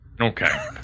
Okay